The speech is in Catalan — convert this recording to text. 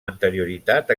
anterioritat